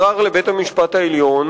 ערר לבית-המשפט העליון